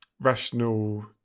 rational